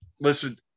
listen